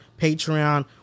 Patreon